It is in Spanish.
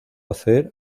hacer